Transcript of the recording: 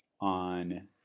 on